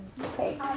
Okay